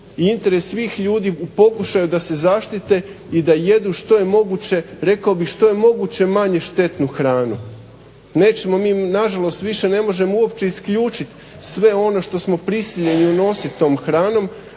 interes svih ljudi u pokušaju da se zaštite i da jedu što je moguće, rekao bih što je moguće manje štetnu hranu. Nećemo mi nažalost više ne možemo uopće isključiti sve ono što smo prisiljeni unositi tom hranom